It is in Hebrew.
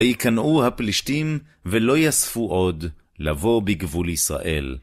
ויכנעו הפלישתים, ולא יספו עוד לבוא בגבול ישראל.